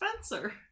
Spencer